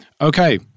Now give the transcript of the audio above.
Okay